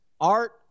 art